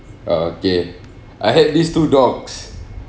orh okay I had these two dogs